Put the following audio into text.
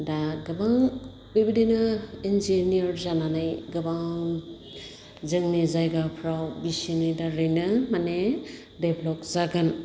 दा गोबां बेबायदिनो इन्जिनियर जानानै गोबां जोंनि जायगाफ्राव बिसिनि दारैनो माने डेभलप जागोन